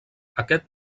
aquest